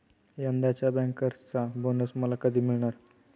यंदाच्या बँकर्सचा बोनस मला कधी मिळणार?